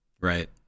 Right